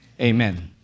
Amen